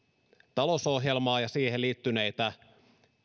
talousohjelmaa ja siihen liittyneitä